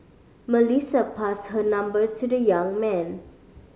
Melissa passed her number to the young man